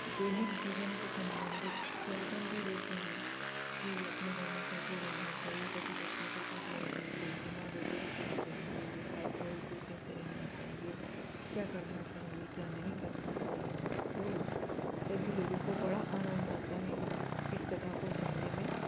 दैनिक जीवन से संबंधित प्रवचन भी देते हैं कि यहाँ अपने घर में कैसे रहना चाहिए पति पत्नी को कैसे रहना चाहिए माँ बेटे को कैसे रहना चाहिए सास बहू को कैसे रहना चाहिए क्या करना चाहिए क्या नहीं करना चाहिए और सभी लोगों को बड़ा आनंद आता है इस कथा को सुनने में